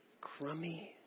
crummy